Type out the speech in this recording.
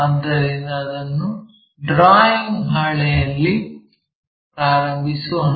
ಆದ್ದರಿಂದ ಅದನ್ನು ಡ್ರಾಯಿಂಗ್ ಹಾಳೆಯಲ್ಲಿ ಪ್ರಾರಂಭಿಸೋಣ